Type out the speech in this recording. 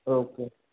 okay